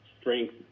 strength